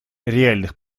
реальных